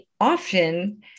often